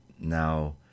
Now